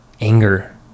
anger